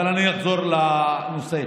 אני אחזור לנושא.